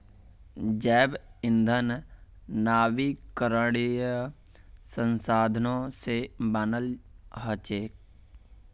जैव ईंधन नवीकरणीय संसाधनों से बनाल हचेक